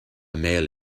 male